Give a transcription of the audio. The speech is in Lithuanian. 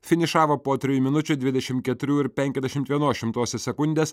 finišavo po trijų minučių dvidešim keturių ir penkiasdešim vienos šimtosios sekundės